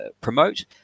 promote